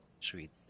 Sweet